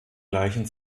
gleichen